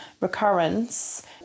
recurrence